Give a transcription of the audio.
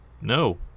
No